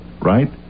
right